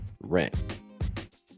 rent